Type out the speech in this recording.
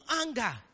anger